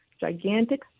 gigantic